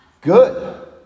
good